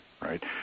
right